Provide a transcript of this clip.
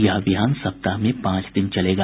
यह अभियान सप्ताह में पांच दिन चलेगा